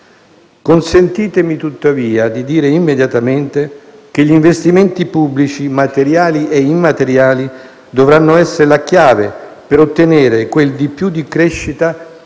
Consentitemi tuttavia di dire immediatamente che gli investimenti pubblici materiali e immateriali dovranno essere la chiave per ottenere quel di più di crescita